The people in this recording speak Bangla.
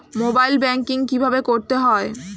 মোবাইল ব্যাঙ্কিং কীভাবে করতে হয়?